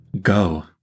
Go